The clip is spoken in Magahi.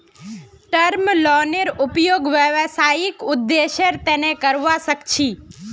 टर्म लोनेर उपयोग व्यावसायिक उद्देश्येर तना करावा सख छी